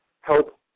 help